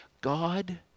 God